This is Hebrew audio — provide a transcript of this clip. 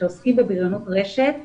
כשעוסקים בבריונות רשת,